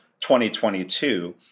2022